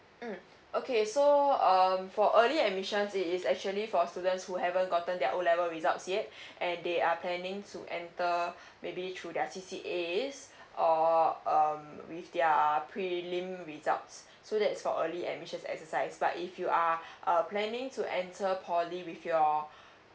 mm okay so um for early admission it is actually for students who haven't gotten their O level results yet and they are planning to enter maybe through their C_C_A or um with their prelim results so that's for early admission exercise but if you are uh planning to enter poly with your